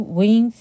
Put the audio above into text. win